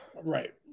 Right